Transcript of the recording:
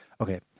Okay